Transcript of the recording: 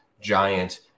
giant